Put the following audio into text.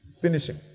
Finishing